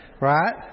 right